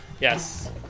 Yes